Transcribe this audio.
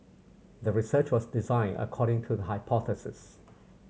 the research was designed according to the hypothesis